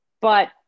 but-